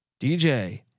DJ